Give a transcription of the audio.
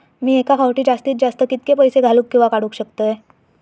मी एका फाउटी जास्तीत जास्त कितके पैसे घालूक किवा काडूक शकतय?